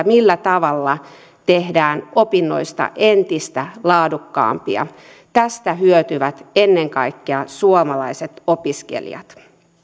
millä tavalla tehdään opinnoista entistä laadukkaampia tästä hyötyvät ennen kaikkea suomalaiset opiskelijat